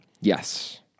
Yes